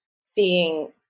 seeing